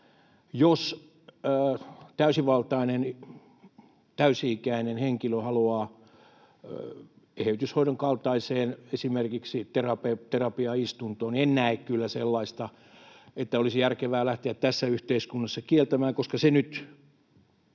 täysi-ikäinen henkilö haluaa esimerkiksi eheytyshoidon kaltaiseen terapiaistuntoon, en näe kyllä sellaista, että olisi järkevää lähteä tässä yhteiskunnassa kieltämään, koska se nyt